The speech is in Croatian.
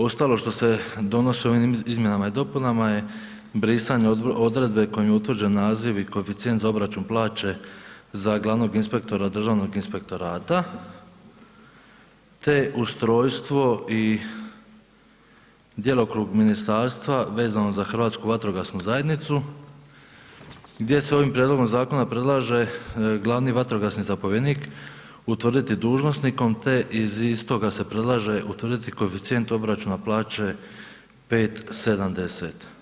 Ostalo što se donosi ovim izmjenama i dopunama je brisanje odredbe kojom je utvrđen nazivi koeficijent za obračun plaće za glavnog inspektora Državnog inspektorata te ustrojstvo i djelokrug ministarstva vezano za Hrvatsku vatrogasnu zajednicu gdje se ovim prijedlogom zakona predlaže glavni vatrogasni zapovjednik utvrditi dužnosnikom te iz istoga se predlaže utvrditi koeficijent obračuna plaće 5,70.